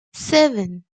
seven